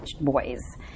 boys